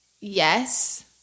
Yes